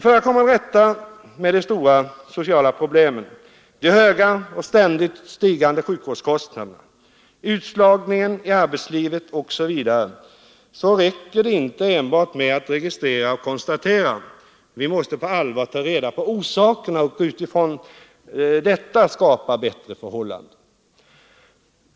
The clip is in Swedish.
För att komma till rätta med de stora sociala problemen, de höga och ständigt stigande sjukvårdskostnaderna, utslagningen i arbetslivet osv. räcker det inte enbart med att registrera och konstatera — vi måste på allvar ta reda på orsakerna och utifrån dessa skapa bättre förhållanden.